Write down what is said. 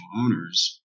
owners